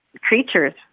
creatures